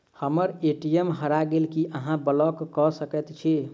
हम्मर ए.टी.एम हरा गेल की अहाँ ब्लॉक कऽ सकैत छी?